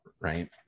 right